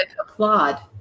applaud